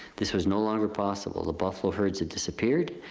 this was no longer possible. the buffalo herds had disappeared,